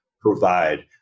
provide